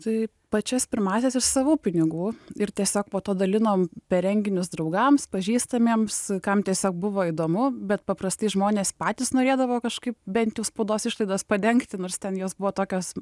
tai pačias pirmąsias iš savų pinigų ir tiesiog po to dalinom per renginius draugams pažįstamiems kam tiesiog buvo įdomu bet paprastai žmonės patys norėdavo kažkaip bent jau spaudos išlaidas padengti nors ten jos buvo tokios